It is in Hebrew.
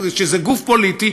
שהיא גוף פוליטי,